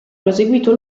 proseguito